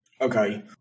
Okay